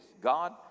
God